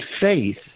faith